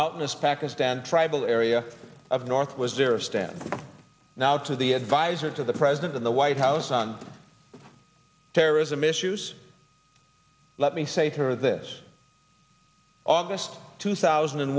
mountainous pakistan tribal area of north was their stand now to the adviser to the president in the white house on terrorism issues let me say for this august two thousand and